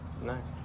Nice